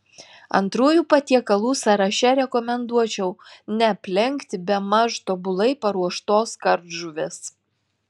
antrųjų patiekalų sąraše rekomenduočiau neaplenkti bemaž tobulai paruoštos kardžuvės